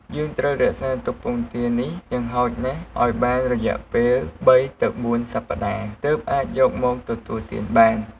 យើងត្រូវរក្សាទុកពងទានេះ យ៉ាងហោចណាស់ឱ្យបានរយៈពេល ៣ទៅ៤សប្តាហ៍ ទើបអាចយកមកទទួលទានបាន។